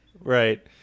Right